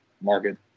market